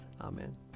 Amen